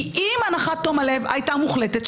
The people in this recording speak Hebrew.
כי אם הנחת תום הלב הייתה מוחלטת,